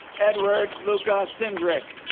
edward luka cindric